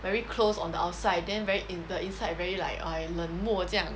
very closed on the outside then very in the inside very like ai~ 冷漠这样